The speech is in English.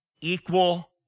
Equal